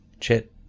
Chit